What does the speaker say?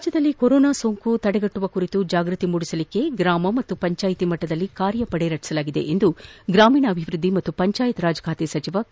ರಾಜ್ಯದಲ್ಲಿ ಕೊರೊನಾ ಸೋಂಕು ತಡೆಗಟ್ಟುವ ಕುರಿತು ಜಾಗೃತಿ ಮೂಡಿಸಲು ಗ್ರಾಮ ಹಾಗೂ ಪಂಚಾಯಿತಿ ಮಟ್ಟದಲ್ಲಿ ಕಾರ್ಯಪಡೆ ರಚಿಸಲಾಗಿದೆ ಎಂದು ಗ್ರಾಮೀಣಾಭಿವೃದ್ಧಿ ಮತ್ತು ಪಂಚಾಯತ್ ರಾಜ್ ಸಚಿವ ಕೆ